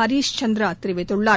ஹரீஷ் சந்திரா தெரிவித்துள்ளார்